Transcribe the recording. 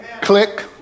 Click